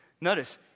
Notice